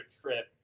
trip